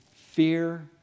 Fear